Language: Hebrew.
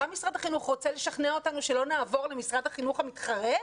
משרד החינוך רוצה לשכנע אותנו שלא נעבור למשרד החינוך המתחרה?